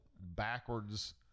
backwards